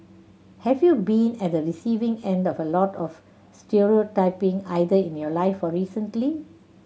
have you been at the receiving end of a lot of stereotyping either in your life or recently